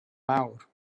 mawr